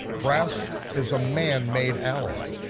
brass is a manmade alloy.